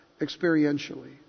experientially